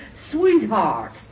sweetheart